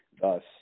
Thus